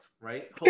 Right